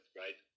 right